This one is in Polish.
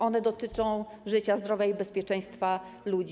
One dotyczą życia, zdrowia i bezpieczeństwa ludzi.